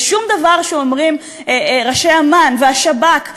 לשום דבר שאומרים ראשי אמ"ן והשב"כ,